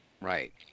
Right